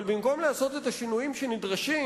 אבל במקום לעשות את השינויים שנדרשים,